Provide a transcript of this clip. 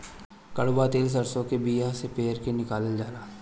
कड़ुआ तेल सरसों के बिया से पेर के निकालल जाला